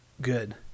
good